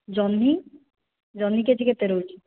ଜହ୍ନି ଜହ୍ନି K G କେତେ ରହୁଛି